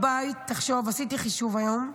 עשיתי חישוב היום.